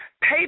pay